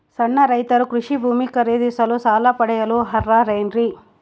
ಸಣ್ಣ ರೈತರು ಕೃಷಿ ಭೂಮಿ ಖರೇದಿಸಲು ಸಾಲ ಪಡೆಯಲು ಅರ್ಹರೇನ್ರಿ?